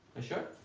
i checked